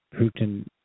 Putin